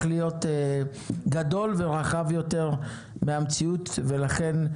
להיות גדול ויקר יותר מהמציאות ולכן,